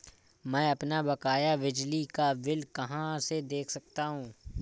मैं अपना बकाया बिजली का बिल कहाँ से देख सकता हूँ?